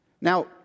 Now